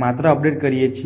માત્રા અપડેટ કરીએ છીએ